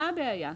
מה הבעיה?